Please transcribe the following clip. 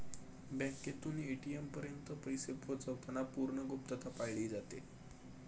बँकेतून ए.टी.एम पर्यंत पैसे पोहोचवताना पूर्ण गुप्तता पाळली जाते